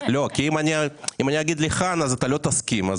אם אני אגיד לכאן, אתה לא תסכים.